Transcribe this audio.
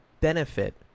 benefit